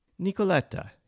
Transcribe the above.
Nicoletta